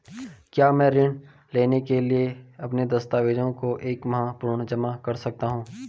क्या मैं ऋण लेने के लिए अपने दस्तावेज़ों को एक माह पूर्व जमा कर सकता हूँ?